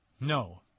No